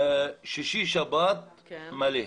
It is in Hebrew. שישי-שבת מלא.